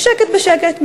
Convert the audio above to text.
בשקט בשקט,